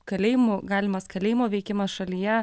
kalėjimų galimas kalėjimo veikimas šalyje